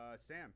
Sam